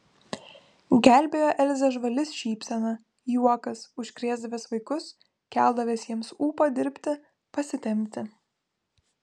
gelbėjo elzę žvali šypsena juokas užkrėsdavęs vaikus keldavęs jiems ūpą dirbti pasitempti